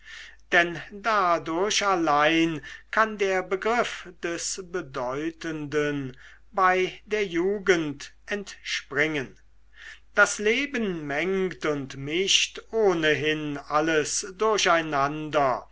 denn dadurch allein kann der begriff des bedeutenden bei der jugend entspringen das leben mengt und mischt ohnehin alles durcheinander